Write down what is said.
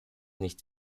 nicht